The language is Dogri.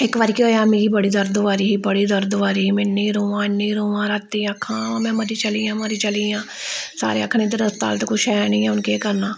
इक बारी केह् होएआ मी बड़ी दर्द होआ दी ही बड़ी दर्द होआ दी ही में इन्नी रोआं इन्नी रोआं राती आक्खां में मरी चली आं मरी चली आं सारे आखन इद्धर अस्पताल ते कुछ है निं ऐ हून केह् करना